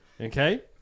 Okay